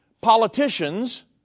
Politicians